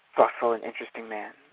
thoughtful and interesting man.